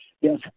Yes